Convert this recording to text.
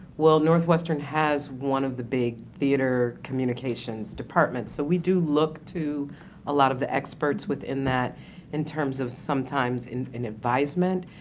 well northwestern has one of the big theatre communications departments, so we do look to a lot of the experts within that in terms of sometimes in in advisement,